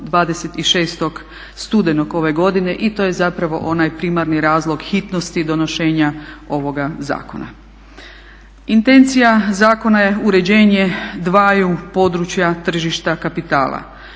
26. studenog ove godine i to je zapravo onaj primarni razlog hitnosti donošenja ovoga zakona. Intencija zakona je uređenje dvaju područja tržišta kapitala.